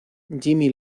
jimmy